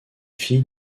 fille